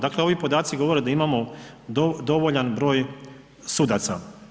Dakle ovi podaci govore da imamo dovoljan broj sudaca.